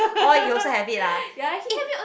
oh you also have it ah eh